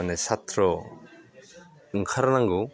मानि सात्र' ओंखारनांगौ